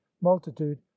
multitude